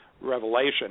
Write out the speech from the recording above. revelation